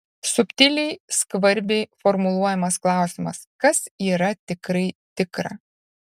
subtiliai skvarbiai formuluojamas klausimas kas yra tikrai tikra